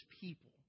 people